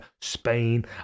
Spain